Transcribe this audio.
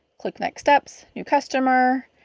click next steps, new customer,